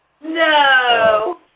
No